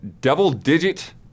double-digit